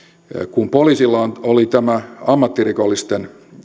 kun poliisilla oli ammattirikollisten